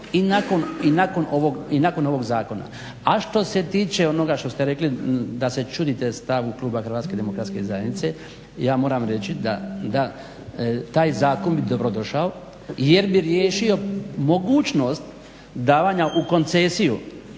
i nakon ovog zakona. A što se tiče onoga što ste rekli da se čudite stavu kluba Hrvatske demokratske zajednice ja moram reći da taj zakon bi dobro došao jer bi riješio mogućnost davanja u koncesiju